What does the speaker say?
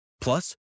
Plus